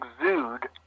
exude